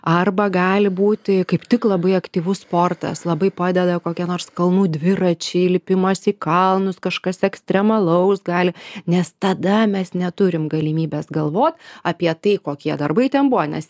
arba gali būti kaip tik labai aktyvus sportas labai padeda kokie nors kalnų dviračiai lipimas į kalnus kažkas ekstremalaus gali nes tada mes neturim galimybės galvot apie tai kokie darbai ten buvo nes